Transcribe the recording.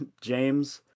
James